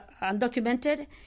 undocumented